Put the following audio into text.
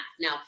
Now